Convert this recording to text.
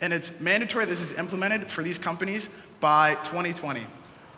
and it's mandatory this is implemented for these companies by twenty.